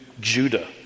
Judah